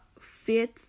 fifth